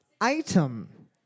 item